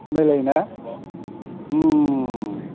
आन्दाय लायोना उम